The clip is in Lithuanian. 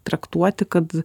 traktuoti kad